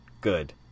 Good